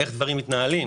איך הדברים מתנהלים.